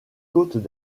côtes